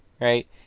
right